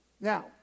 Now